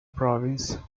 province